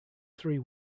three